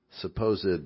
supposed